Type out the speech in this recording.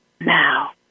now